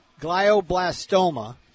glioblastoma